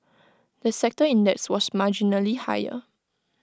the sector index was marginally higher